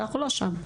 אנחנו לא שם.